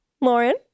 lauren